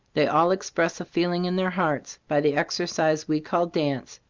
they all express a feeling in their hearts by the exercise we call dance,